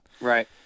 right